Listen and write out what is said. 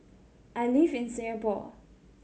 I live in Singapore